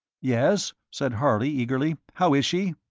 yes, said harley, eagerly how is she?